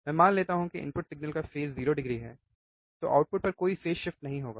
मैं मान लेता हूं कि इनपुट सिग्नल का फेज़ 0 डिग्री है तो आउटपुट पर कोई फेज़ शिफ्ट नहीं होगा